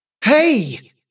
Hey